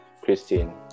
Christine